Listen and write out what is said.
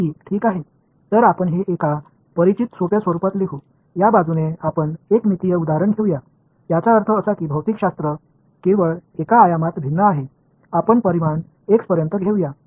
எனவே இதை ஒரு பழக்கமான எளிமையான வடிவத்தில் எழுதுவோம் இந்த பக்கத்தை எடுத்துக் கொள்வோம் என்று ஒரு பரிமாண உதாரணத்தை எடுத்துக்கொள்வோம் அதாவது பிஸிக்கல் ஒரு பரிமாணத்தில் மட்டுமே மாறுபடும் அந்த பரிமாணத்தை x ஆக எடுத்துக்கொள்வோம்